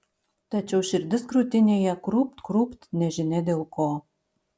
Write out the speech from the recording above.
tačiau širdis krūtinėje krūpt krūpt nežinia dėl ko